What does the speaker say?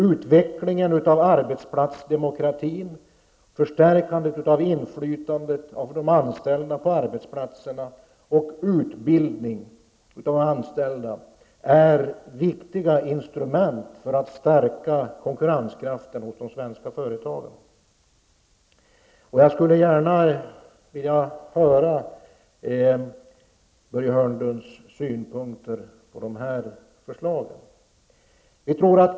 Utveckling av arbetsplatsdemokratin, ett förstärkt inflytande för de anställda på arbetsplatserna och utbildning av de anställda är viktiga instrument för att stärka konkurrenskraften hos de svenska företagen. Jag skulle gärna vilja höra Börje Hörnlunds synpunkter på de här förslagen.